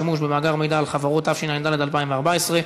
התשע"ה 2014,